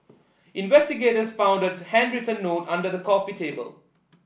investigators found a handwritten note under the coffee table